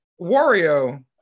wario